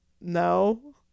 no